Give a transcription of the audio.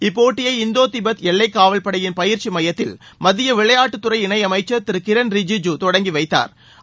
இப்போட்டியை இந்தோ திபெத் எல்லை காவல் படையின் பயிற்சி மையத்தில் மத்திய விளையாட்டுத்துறை இணையமைச்சர் திரு கிரண் ரிஜிஜு தொடங்கி வைத்தாா்